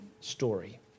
story